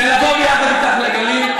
ולבוא ביחד אתך לגליל.